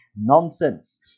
Nonsense